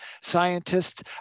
scientists